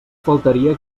faltaria